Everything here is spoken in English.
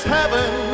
Heaven